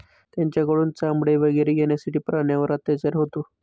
त्यांच्याकडून चामडे वगैरे घेण्यासाठी प्राण्यांवर अत्याचार होतो